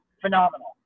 phenomenal